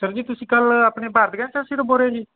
sir ji ਤੁਸੀਂ ਕੱਲ੍ਹ ਆਪਣੇ ਭਾਰਤ ਗੈਸ ਏਜੰਸੀ ਤੋਂ ਬੋਲ ਰਹੇ ਹੋ ਜੀ